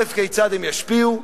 כיצד הן ישפיעו,